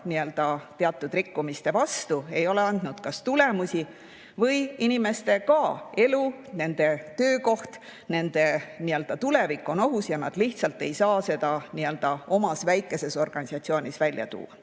nii-öelda teatud rikkumiste vastu ei ole andnud kas tulemusi või ka inimeste elu, nende töökoht, nende tulevik on ohus ja nad lihtsalt ei saa seda omas väikeses organisatsioonis välja tuua.